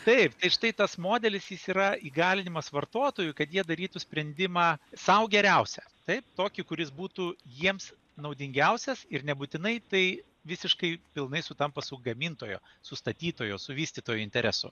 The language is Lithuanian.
taip tai štai tas modelis jis yra įgalinimas vartotojui kad jie darytų sprendimą sau geriausią taip tokį kuris būtų jiems naudingiausias ir nebūtinai tai visiškai pilnai sutampa su gamintojo su statytojo su vystytojo interesu